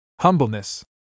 Humbleness